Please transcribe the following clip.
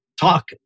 talk